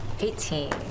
Eighteen